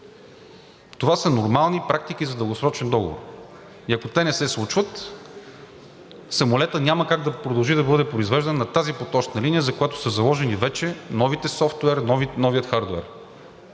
Това са нормални практики за дългосрочен договор и ако те не се случват, самолетът няма как да продължи да бъде произвеждан на тази поточна линия, за която са заложени вече новият софтуер, новият хардуер.